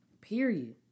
period